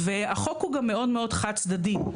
והחוק הוא גם מאוד מאוד חד צדדי.